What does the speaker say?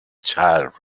child